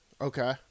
okay